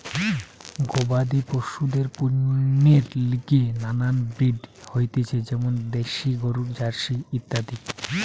গবাদি পশুদের পণ্যের লিগে নানান ব্রিড হতিছে যেমন দ্যাশি গরু, জার্সি ইত্যাদি